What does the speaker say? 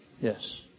Yes